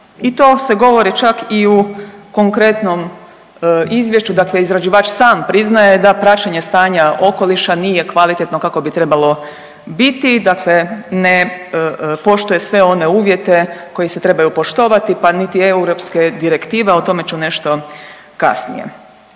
i to se govori čak i u konkretnom izvješću, dakle izrađivač sam priznaje da praćenje stanja okoliša nije kvalitetno kako bi trebalo biti dakle ne poštuje sve one uvjete koji se trebaju poštovati, pa niti europske direktive, a o tome ću nešto kasnije.